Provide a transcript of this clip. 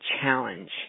challenge